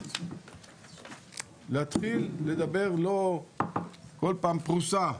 הקודמת להתחיל לדבר, לא כל פעם פרוסה,